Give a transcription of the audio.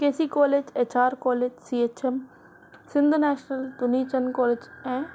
के C college H R college C H M Sindh national Punitchand college ऐं